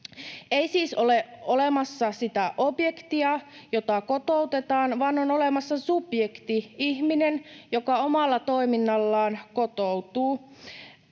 Ei siis ole olemassa sitä objektia, jota kotoutetaan, vaan on olemassa subjekti, ihminen, joka omalla toiminnallaan kotoutuu.